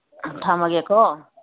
ꯊꯝꯃꯒꯦꯀꯣ